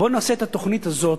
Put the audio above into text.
בואו נעשה את התוכנית הזאת,